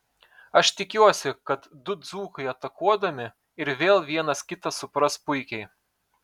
aš tikiuosi kad du dzūkai atakuodami ir vėl vienas kitą supras puikiai